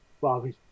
Bobby